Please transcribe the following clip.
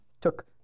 Took